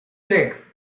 six